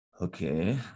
okay